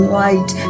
light